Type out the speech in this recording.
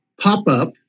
pop-up